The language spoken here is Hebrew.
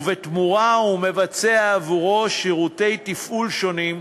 ובתמורה הוא מבצע עבורו שירותי תפעול שונים,